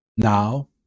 Now